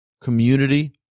community